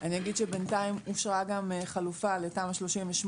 אגיד שבינתיים אושרה חלופה לתמ"א 38,